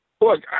Look